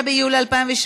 חקיקה להשגת יעדי התקציב) (תיקון מס' 16)